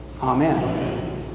Amen